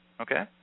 Okay